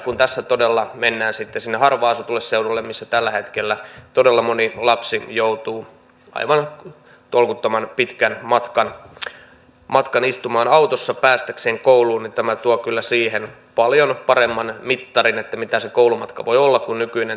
kun todella mennään sinne harvaan asutulle seudulle missä tällä hetkellä todella moni lapsi joutuu aivan tolkuttoman pitkän matkan istumaan autossa päästäkseen kouluun niin tämä tuo kyllä siihen paljon paremman mittarin mitä se koulumatka voi olla kuin tämä nykyinen aikamääre